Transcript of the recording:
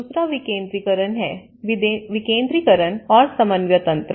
दूसरा विकेंद्रीकरण है विकेंद्रीकरण और समन्वय तंत्र